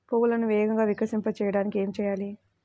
పువ్వులను వేగంగా వికసింపచేయటానికి ఏమి చేయాలి?